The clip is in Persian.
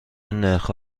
نرخ